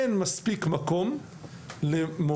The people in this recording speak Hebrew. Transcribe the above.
אין מספיק מקום למורשת,